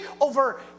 over